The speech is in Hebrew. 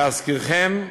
להזכירכם,